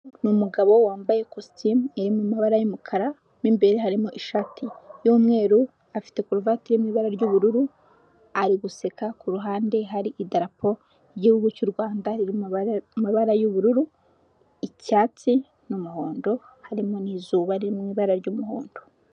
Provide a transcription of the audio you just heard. Ni umugabo wambaye kositimu iri mu mabara y'umukara mu imbere harimo ishati y'umweru afite kuruvati iri mu ibara ry'ubururu. Ari guseka kuruhande hari idarapo ry'igihugu cy'uRrwanda ririmo amabara y'ubururu, icyatsi n'umuhondo harimo n'izuba riri mu ibara ry'umuhondo.